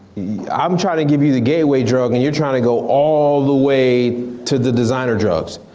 i'm trying to give you the gateway drug and you're trying to go all the way to the designer drugs.